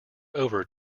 over